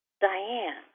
Diane